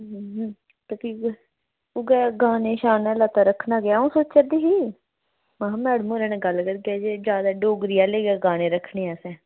उऐ गाने शाने नेईं ते रक्खने गै ऐ अ'ऊं सोचा दी ही कि मैडम हुंदे कन्नै गल्ल करगे जे जैदा डोगरी आह्ले गै गाने रक्खने असें